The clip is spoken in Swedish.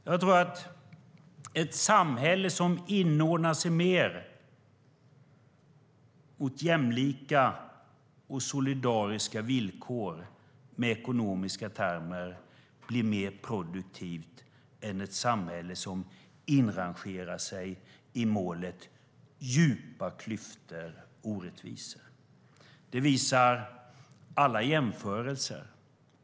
Jag tror att ett samhälle som inordnar sig mer åt jämlika och solidariska villkor med ekonomiska termer blir mer produktivt än ett samhälle som inrangerar sig i målet djupa klyftor och orättvisor. Det visar alla jämförelser.